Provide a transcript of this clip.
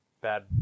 bad